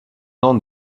nom